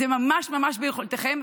זה ממש ממש ביכולתכם,